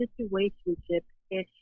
situationship-ish